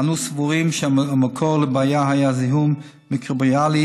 אנו סבורים שהמקור לבעיה היה זיהום מיקרוביאלי